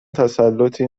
تسلّطی